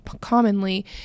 commonly